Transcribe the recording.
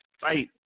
fight